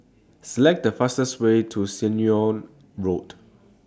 Select The fastest Way to Ceylon Road